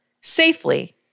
safely